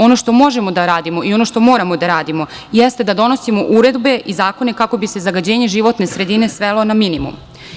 Ono što možemo da radimo i što moramo da radimo, jeste da donosimo uredbe i zakone, kako bi se zagađenje životne sredine, svelo na minimum.